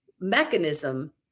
mechanism